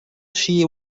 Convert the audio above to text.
she